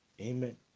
amen